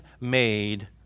made